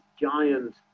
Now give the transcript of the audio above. giant